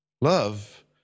Love